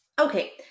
Okay